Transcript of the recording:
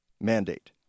mandate